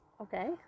Okay